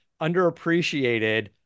underappreciated